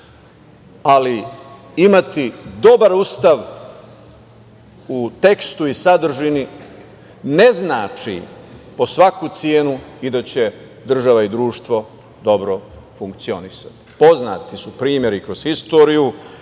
imati dobar Ustav, u tekstu i sadržini, ne znači po svaku cenu i da će država i društvo funkcionisati. Poznati su primeri kroz istoriju,